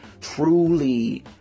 truly